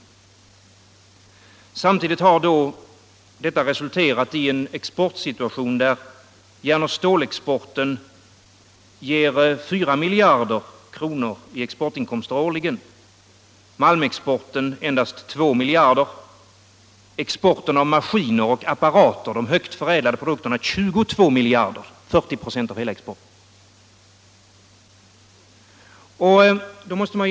Samtidigt har detta resulterat i en exportsituation där järnoch stålexporten ger 4 miljarder kronor i exportinkomster årligen, malmexporten endast 2 miljarder, exporten av maskiner och apparater — de högt förädlade produkterna — 22 miljarder eller 40 26 av hela exporten.